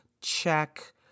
check